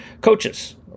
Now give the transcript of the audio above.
Coaches